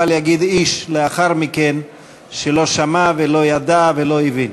בל יגיד איש לאחר מכן שלא שמע ולא ידע ולא הבין.